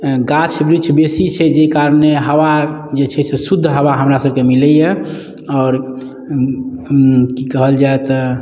गाछ वृक्ष बेसी छै जाहि कारणे हवा जे छै से शुद्ध हवा हमरासभके मिलैए आओर की कहल जाए तऽ